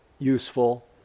useful